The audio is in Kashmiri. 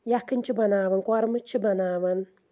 یکھٕنۍ چھِ بَناوَان کۄرمہٕ چھِ بناوان